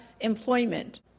employment